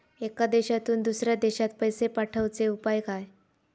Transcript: एका देशातून दुसऱ्या देशात पैसे पाठवचे उपाय काय?